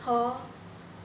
!huh!